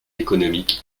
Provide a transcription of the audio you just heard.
économique